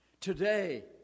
Today